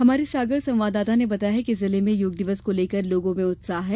हमारे सागर संवाददाता ने बताया है कि जिले में योग दिवस को लेकर लोगों में उत्साह है